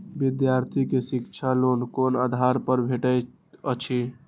विधार्थी के शिक्षा लोन कोन आधार पर भेटेत अछि?